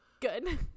good